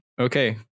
Okay